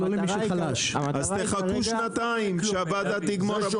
אז תחכו שנתיים, שהוועדה תגמור עבודה.